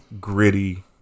gritty